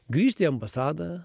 grįžti į ambasadą